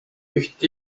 üht